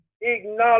acknowledge